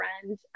friend